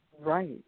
Right